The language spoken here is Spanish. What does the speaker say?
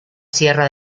sierra